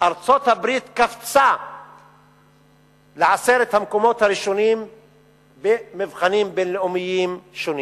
ארצות-הברית קפצה לעשרת המקומות הראשונים במבחנים בין-לאומיים שונים.